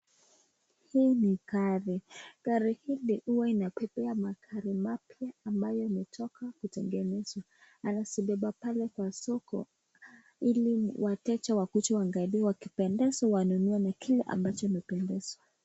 Hii ni gari. Gari hili huwa inabebea magari mapya ambayo yametoka kutengenezwa anazibeba pale kwa soko ili wateja wakuje waangalie wakipendezwa wanunue na kile ambacho wamependezwa.